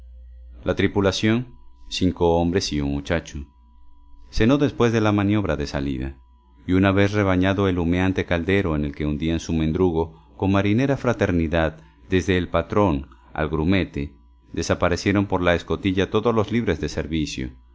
la tripulación cinco hombres y un muchacho cenó después de la maniobra de salida y una vez rebañado el humeante caldero en el que hundían su mendrugo con marinera fraternidad desde el patrón al grumete desaparecieron por la escotilla todos los libres de servicio